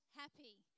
happy